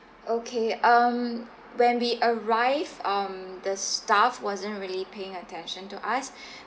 okay um when we arrive um the staff wasn't really paying attention to us